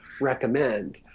recommend